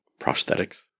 prosthetics